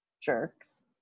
jerks